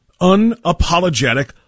unapologetic